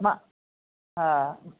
मां हा